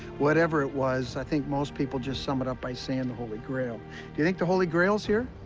whatever it was, i think most people just sum it up by saying the holy grail. do you think the holy grail is here?